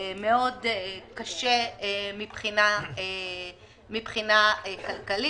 קשה מאוד מבחינה כלכלית.